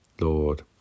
Lord